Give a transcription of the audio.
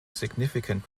significant